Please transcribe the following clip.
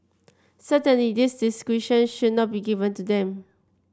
certainly this discretion should not be given to them